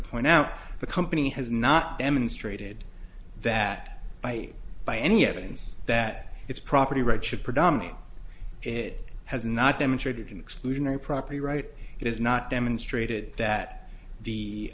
point out the company has not demonstrated that by by any evidence that its property rights should predominate it has not demonstrated an exclusionary property right it has not demonstrated that the